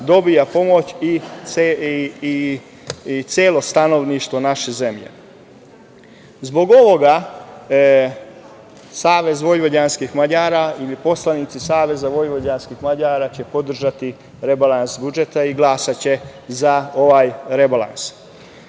dobija pomoć i stanovništvo naše zemlje. Zbog ovoga Savez vojvođanskih Mađara ili poslanici Saveza vojvođanskih Mađara će podržati rebalans budžeta i glasaće za ovaj rebalans. Iako